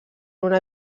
una